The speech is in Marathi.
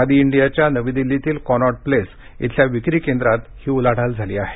खादी इंडियाच्या नवी दिल्लीतील कॉनॉट प्लेस इथल्या विक्री केंद्रात ही उलाढाल झाली आहे